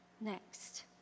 next